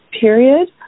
period